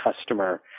customer